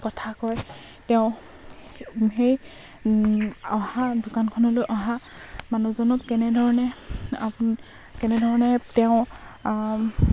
কথা কয় তেওঁ সেই অহা দোকানখনলৈ অহা মানুহজনক কেনেধৰণে কেনেধৰণে তেওঁ